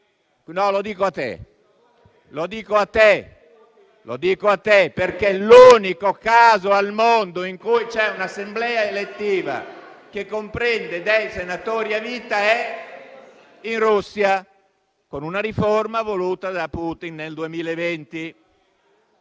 te, lo dico a te, perché l'unico caso al mondo - in cui c'è un'assemblea elettiva che comprende dei senatori a vita - è in Russia, con una riforma voluta da Putin nel 2020.